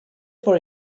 for